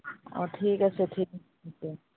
অ' ঠিক আছে ঠিক আছে